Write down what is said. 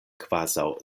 kvazaŭ